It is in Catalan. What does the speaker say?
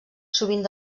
sovint